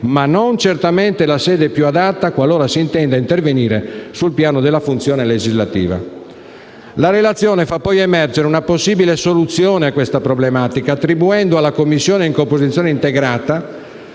ma non certamente la sede più adatta qualora si intenda intervenire sul piano della funzione legislativa. La relazione fa poi emergere una possibile soluzione a questa problematica, attribuendo alla Commissione in composizione integrata